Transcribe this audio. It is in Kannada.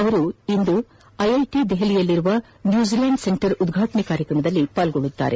ಅವರು ಇಂದು ಐಐಟ ದೆಹಲಿಯಲ್ಲಿನ ನ್ಯೂಜಿಲ್ಯಾಂಡ್ ಸೆಂಟರ್ ಉದ್ಘಾಟನಾ ಕಾರ್ಯಕ್ರಮದಲ್ಲಿ ಪಾಲ್ಗೊಳ್ಳಲಿದ್ದಾರೆ